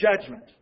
judgment